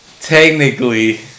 technically